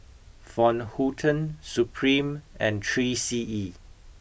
Van Houten Supreme and three C E